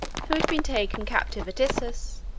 who had been taken captive at issus,